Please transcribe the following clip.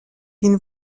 une